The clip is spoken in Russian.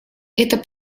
это